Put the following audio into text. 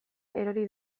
erori